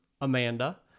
Amanda